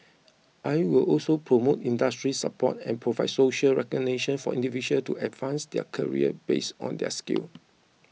I will also promote industry support and provide social recognition for individuals to advance their career based on their skill